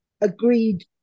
agreed